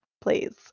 please